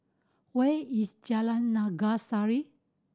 where is Jalan Naga Sari